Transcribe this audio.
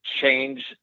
change